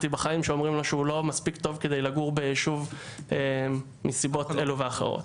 בחיים שאומרים לו שהוא לא מספיק טוב כדי לגור ביישוב מסיבות אלו ואחרות.